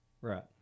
Right